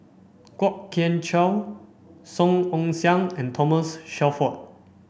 Kwok Kian Chow Song Ong Siang and Thomas Shelford